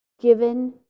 given